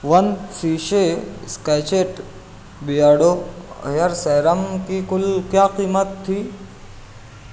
one سیشے اسکیچٹ Beardo hair serum کی کل کیا قیمت تھی